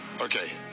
Okay